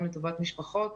גם לטובת משפחות.